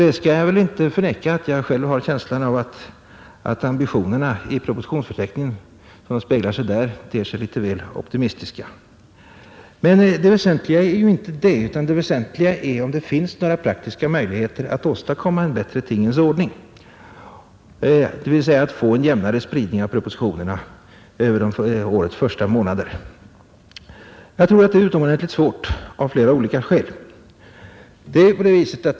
Jag skall inte förneka att jag själv har känslan av att de ambitioner som speglar sig i propositionsförteckningarna är litet väl optimistiska. Men det väsentliga är ju inte det, utan det väsentliga är om det finns några praktiska möjligheter att åstadkomma en bättre tingens ordning, dvs. att få en jämnare spridning av propositionerna över årets första månader. Jag tror att det är utomordentligt svårt — av flera olika skäl.